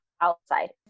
outside